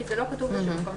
כי זה לא כתוב בשום מקום,